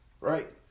Right